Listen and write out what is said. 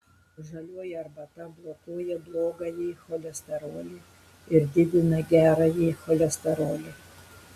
žalioji arbata blokuoja blogąjį cholesterolį ir didina gerąjį cholesterolį